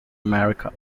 america